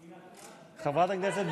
סגורות?